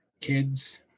Kids